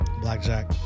Blackjack